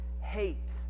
hate